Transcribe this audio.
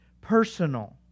personal